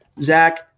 Zach